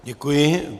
Děkuji.